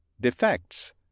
Defects